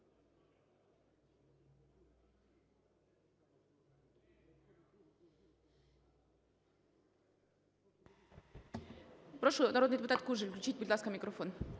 Прошу, народний депутат Кужель, включіть будь ласка, мікрофон.